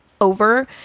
over